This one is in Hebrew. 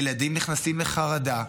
ילדים נכנסים לחרדה,